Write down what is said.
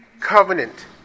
covenant